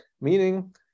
meaning